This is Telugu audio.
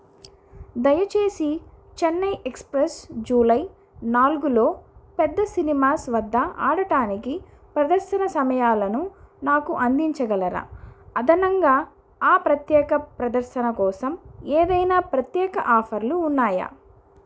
దయచేసి చెన్నై ఎక్స్ప్రెస్ జూలై నాలుగులో పెద్ద సినిమాస్ వద్ద ఆడడానికి ప్రదర్శన సమయాలను నాకు అందించగలరా అదనంగా ఆ ప్రత్యేక ప్రదర్శన కోసం ఏదైనా ప్రత్యేక ఆఫర్లు ఉన్నాయా